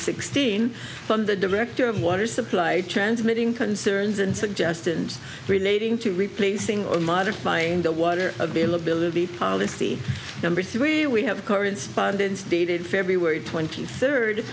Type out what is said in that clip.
sixteen from the director of water supply transmitting concerns and suggestions relating to replacing or modifying the water availability policy number three we have correspondents dated february twenty third